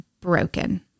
broken